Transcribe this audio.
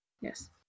Yes